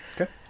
Okay